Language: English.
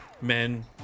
men